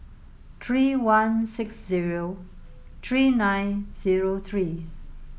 three one six zero three nine zero three